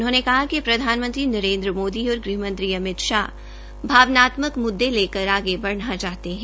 उन्होने कहा कि प्रधानमंत्री नरेन्द्र मोदी और गृहमंत्री अमित शाह भावनात्मक मुद्दे लेकर आगे बढ़ना चाहते है